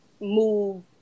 move